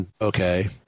okay